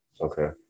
okay